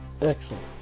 Excellent